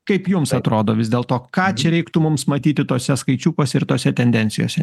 kaip jums atrodo vis dėl to ką čia reiktų mums matyti tuose skaičiukuose ir tose tendencijose